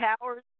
powers